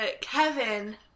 Kevin